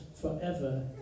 forever